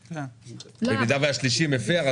במידה והשלישי מפר,